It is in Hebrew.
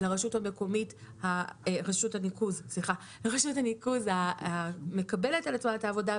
לרשות הניקוז המקבלת על עצמה את העבודה,